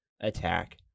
attack